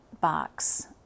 box